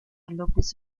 lópez